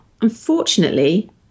Unfortunately